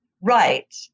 Right